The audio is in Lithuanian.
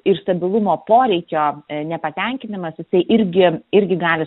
ir stabilumo poreikio nepatenkinimas tai irgi irgi gali